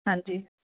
ਹਾਂਜੀ